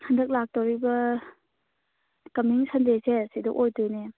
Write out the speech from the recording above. ꯍꯟꯗꯛ ꯂꯥꯛꯇꯧꯔꯤꯕ ꯀꯃꯤꯡ ꯁꯟꯗꯦꯁꯦ ꯁꯤꯗ ꯑꯣꯏꯗꯣꯏꯅꯦ